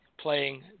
playing